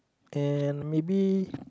and maybe